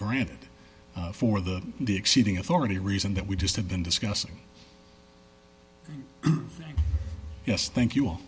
granted for the the exceeding authority reason that we just have been discussing yes thank you